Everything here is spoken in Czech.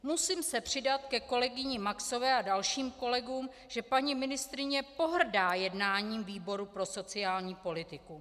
Musím se přidat ke kolegyni Maxové a dalším kolegům, že paní ministryně pohrdá jednáním výboru pro sociální politiku.